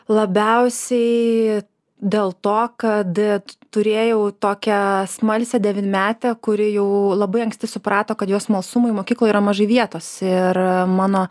labiausiai dėl to kad turėjau tokią smalsią devynmetę kuri jau labai anksti suprato kad jos smalsumui mokykloj yra mažai vietos ir mano